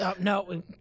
No